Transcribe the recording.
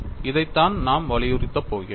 இதைத்தான் நாம் வலியுறுத்தப் போகிறோம்